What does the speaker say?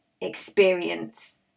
experience